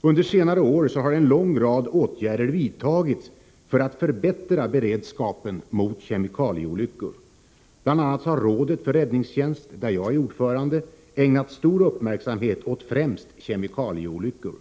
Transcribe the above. Under senare år har en lång rad åtgärder vidtagits för att förbättra beredskapen mot kemikalieolyckor. Bl. a. har rådet för räddningstjänst, där jag är ordförande, ägnat stor uppmärksamhet åt främst kemikalieolyckor.